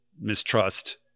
mistrust